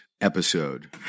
episode